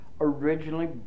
originally